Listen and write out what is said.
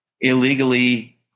illegally